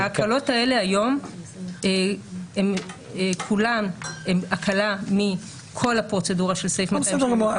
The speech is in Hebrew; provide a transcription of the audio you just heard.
ההקלות האלה היום כולן הן הקלה מכל הפרוצדורה של סעיף 275,